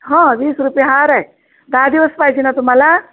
हां वीस रुपये हार आहे दहा दिवस पाहिजे ना तुम्हाला